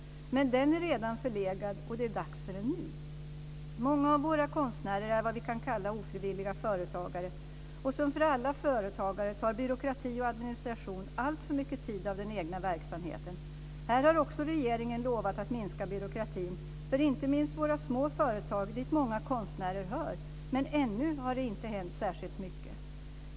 Men den är redan förlegad, och det är dags för en ny. Många av våra konstnärer är vad vi kan kalla ofrivilliga företagare. Och som för alla företagare tar byråkrati och administration alltför mycket tid av den egna verksamheten. Här har också regeringen lovat att minska byråkratin för inte minst våra små företag dit många konstnärer hör, men ännu har det inte hänt särskilt mycket.